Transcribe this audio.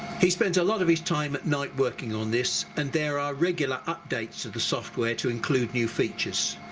he spends a lot of his time at night working on this and there are regular updates of the software to include new features.